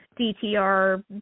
DTR